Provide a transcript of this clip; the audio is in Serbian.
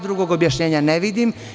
Drugog objašnjenja ne vidim.